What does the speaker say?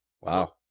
Wow